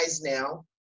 now